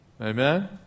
Amen